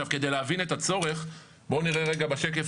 כדי להבין את הצורך בואו נראה רגע בשקף